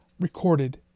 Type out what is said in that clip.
recorded